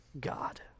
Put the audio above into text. God